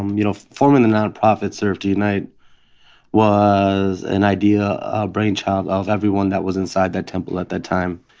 um you know, forming the nonprofit serve to unite was an idea, a brainchild of everyone that was inside that temple at that time.